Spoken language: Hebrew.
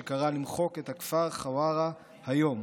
שקרא למחוק את הכפר חווארה היום.